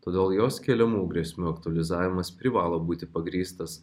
todėl jos keliamų grėsmių aktualizavimas privalo būti pagrįstas